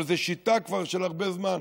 אבל זאת שיטה כבר הרבה זמן,